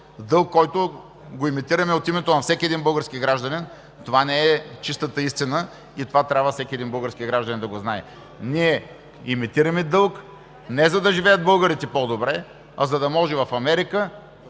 дълг, който емитираме от името на всеки един български гражданин. Това не е чистата истина и това трябва всеки един български гражданин да го знае. Ние емитираме дълг не за да живеят българите по-добре, а за да може в Америка